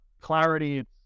clarity